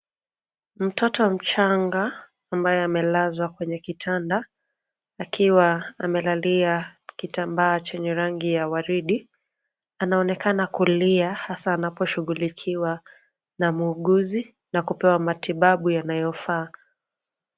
Mtoto mchanga ambaye amelazwa kwenye kitanda akiwa amelalia kitambaa chenye rangi ya waridi, anaonekana kulia hasa anaposhughulikiwa na muuguzi na kupewa matibabu yanayofaa.